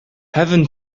heaven